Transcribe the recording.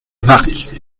warcq